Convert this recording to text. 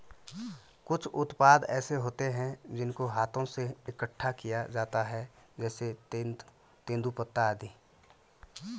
कुछ उत्पाद ऐसे होते हैं जिनको हाथों से इकट्ठा किया जाता है जैसे तेंदूपत्ता आदि